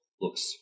looks